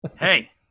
Hey